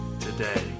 today